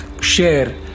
share